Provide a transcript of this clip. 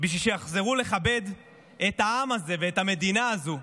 בשביל שיחזרו לכבד את העם הזה ואת המדינה הזאת.